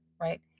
right